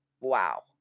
wow